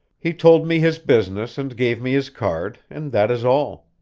he told me his business and gave me his card, and that is all.